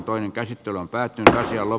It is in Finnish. toinen käsittely päättyy kello